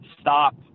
stop